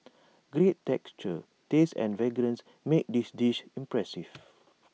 great texture taste and fragrance make this dish impressive